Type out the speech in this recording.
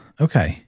okay